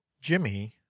Jimmy